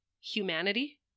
humanity